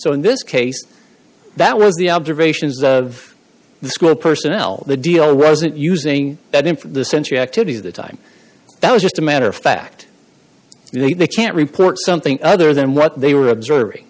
so in this case that was the observations of the school personnel the deal wasn't using that in for the century activities of the time that was just a matter of fact you can't report something other than what they were observing